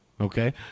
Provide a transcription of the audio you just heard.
okay